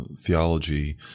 theology